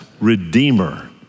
Redeemer